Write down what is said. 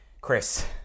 Chris